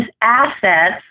assets